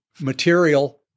material